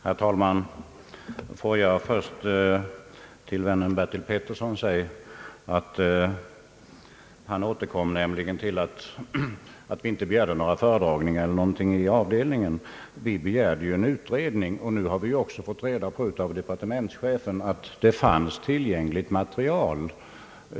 Herr talman! Får jag först säga några ord till vännen Bertil Petersson. Han återkom nämligen till att vi inte begärde några föredragningar i utskottsavdelningen. Vi begärde emellertid en utredning. Nu har vi också fått reda på av departementschefen att det fanns tillgängligt material.